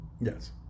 Yes